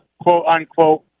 quote-unquote